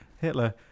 Hitler